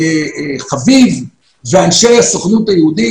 חביב ואנשי הסוכנות היהודית,